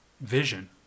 vision